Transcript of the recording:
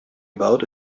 about